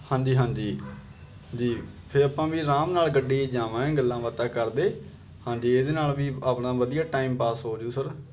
ਹਾਂਜੀ ਹਾਂਜੀ ਜੀ ਫਿਰ ਆਪਾਂ ਵੀ ਆਰਾਮ ਨਾਲ ਗੱਡੀ 'ਚ ਜਾਵਾਂਗੇ ਗੱਲਾਂ ਬਾਤਾਂ ਕਰਦੇ ਹਾਂਜੀ ਇਹਦੇ ਨਾਲ ਵੀ ਆਪਣਾ ਵਧੀਆ ਟਾਈਮ ਪਾਸ ਹੋਜੂ ਸਰ